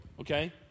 okay